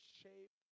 shape